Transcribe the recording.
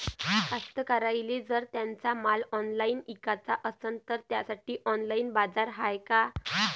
कास्तकाराइले जर त्यांचा माल ऑनलाइन इकाचा असन तर त्यासाठी ऑनलाइन बाजार हाय का?